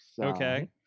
Okay